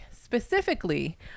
specifically